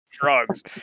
drugs